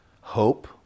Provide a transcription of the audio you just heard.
hope